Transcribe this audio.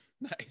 Nice